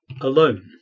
alone